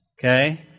okay